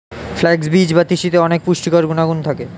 flax বীজ বা তিসিতে অনেক পুষ্টিকর গুণাগুণ থাকে